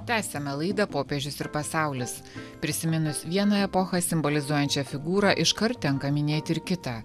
tęsiame laidą popiežius ir pasaulis prisiminus vieną epochą simbolizuojančią figūrą iškart tenka minėti ir kitą